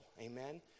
Amen